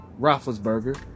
Roethlisberger